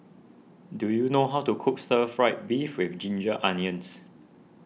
do you know how to cook Stir Fry Beef with Ginger Onions